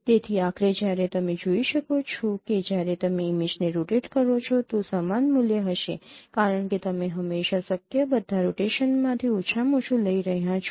તેથી આખરે જ્યારે તમે જોઈ શકો છો કે જ્યારે તમે ઇમેજને રોટેટ કરો છો તો સમાન મૂલ્ય હશે કારણ કે તમે હંમેશાં શક્ય બધા રોટેશનમાંથી ઓછામાં ઓછું લઈ રહ્યાં છો